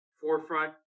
forefront